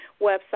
website